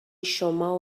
شما